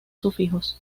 sufijos